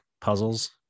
puzzles